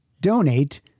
donate